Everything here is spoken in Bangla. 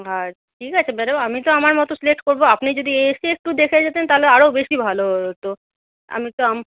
আর ঠিক আছে ম্যাডাম আমি তো আমার মতো সিলেক্ট করব আপনি যদি এসে একটু দেখে যেতেন তাহলে আরও বেশি ভালো হতো আমি তো